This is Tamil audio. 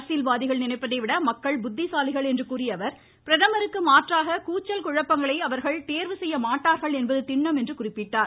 அரசியல்வாதிகள் நினைப்பதை விட மக்கள் புத்திசாலிகள் என்று கூறிய அவர் பிரதமருக்கு மாற்றாக கூச்சல் குழப்பங்களை அவர்கள் தேர்வு செய்யமாட்டார்கள் என்பது திண்ணம் என்றார்